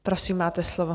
Prosím, máte slovo.